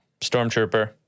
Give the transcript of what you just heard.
Stormtrooper